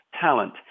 talent